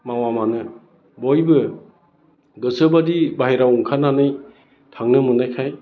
मावा मानो बयबो गोसोबायदि बाहेरायाव ओंखारनानै थांनो मोननायखाय